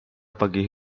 pagi